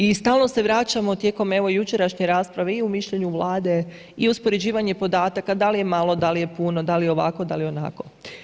I stalno se vraćamo tijekom evo jučerašnje rasprave i u mišljenju Vlade i uspoređivanje podataka, da li je malo, da li je puno, da li ovako, da li onako.